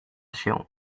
się